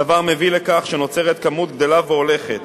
הדבר מביא לכך שנוצרת כמות גדלה והולכת